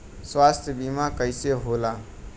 स्वास्थ्य बीमा कईसे होला?